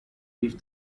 leave